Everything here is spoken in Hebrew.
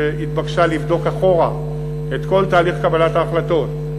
שהתבקשה לבדוק אחורה את כל תהליך קבלת ההחלטות.